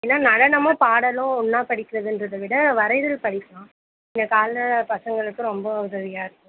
ஏன்னா நடனமும் பாடலும் ஒன்றா படிக்கிறதுன்றதை விட வரைதல் படிக்கலாம் இந்த கால பசங்களுக்கு ரொம்ப உதவியாக இருக்கும்